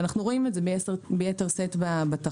אנו רואים את זה ביתר שאת בתחבורה.